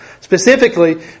Specifically